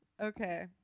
Okay